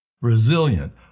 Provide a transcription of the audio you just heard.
resilient